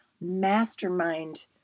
mastermind